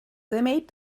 made